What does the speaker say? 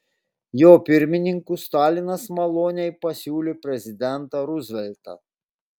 jo pirmininku stalinas maloniai pasiūlė prezidentą ruzveltą